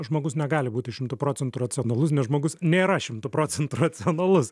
žmogus negali būti šimtu procentų racionalus nes žmogus nėra šimtu procentų racionalus